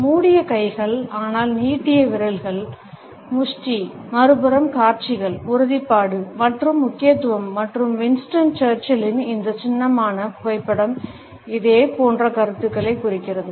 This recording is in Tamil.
மூடிய கைகள் ஆனால் நீட்டிய விரலால் முஷ்டி மறுபுறம் காட்சிகள் உறுதிப்பாடு மற்றும் முக்கியத்துவம் மற்றும் வின்ஸ்டன் சர்ச்சிலின் இந்த சின்னமான புகைப்படம் இதே போன்ற கருத்துக்களைக் குறிக்கிறது